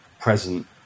present